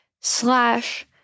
slash